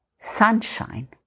sunshine